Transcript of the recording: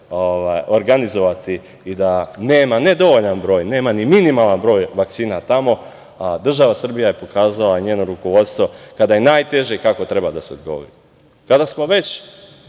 organizovati i da nema, ne dovoljan broj, nema ni minimalan broj vakcina tamo, a država Srbija je pokazala, njeno rukovodstvo, kada je najteže, kako treba da se odgovori. Kada smo već